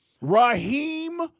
Raheem